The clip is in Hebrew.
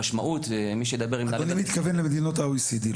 המשמעות --- אדוני מתכוון מדינות ה-OECD,